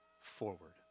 forward